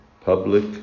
public